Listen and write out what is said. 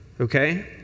Okay